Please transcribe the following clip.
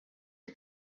are